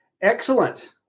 Excellent